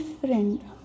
friend